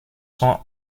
sont